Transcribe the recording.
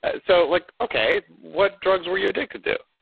ah so like, okay. what drugs were you addicted to?